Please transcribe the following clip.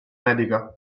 medica